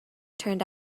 turned